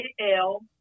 A-L